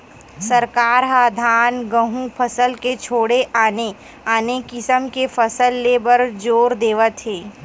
सरकार ह धान, गहूँ फसल के छोड़े आने आने किसम के फसल ले बर जोर देवत हे